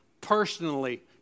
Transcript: personally